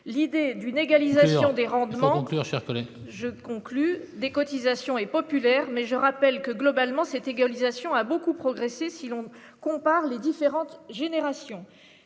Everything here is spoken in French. l'idée d'une égalisation des rendements je conclus les cotisations et populaire, mais je rappelle que globalement cette égalisation a beaucoup progressé, si l'on compare les différentes générations